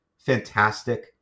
fantastic